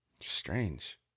strange